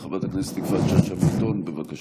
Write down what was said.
חברת הכנסת יפעת שאשא ביטון, בבקשה.